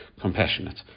compassionate